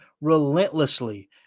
relentlessly